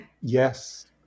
Yes